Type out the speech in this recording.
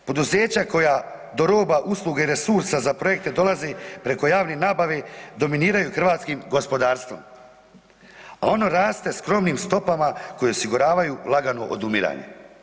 Poduzeća koja do roba usluge resursa za projekte dolaze preko javne nabave dominiraju hrvatskim gospodarstvom, a ono raste skromnim stopama koje osiguravaju lagano odumiranje.